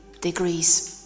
degrees